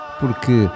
porque